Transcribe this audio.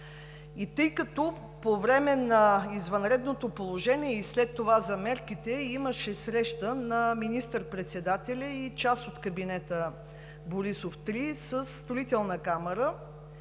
тъй като по време на извънредното положение и след това за мерките имаше среща на министър-председателя и част от кабинета Борисов 3 със Строителната камара,